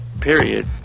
period